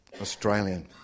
Australian